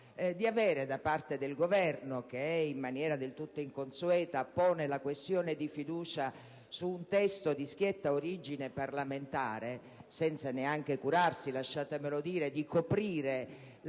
sapere da parte del Governo, che in maniera del tutto inconsueta pone la questione di fiducia su un testo di schietta origine parlamentare senza neanche curarsi - lasciatemelo dire - di coprire la